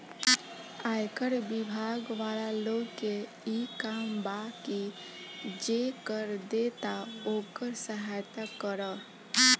आयकर बिभाग वाला लोग के इ काम बा की जे कर देता ओकर सहायता करऽ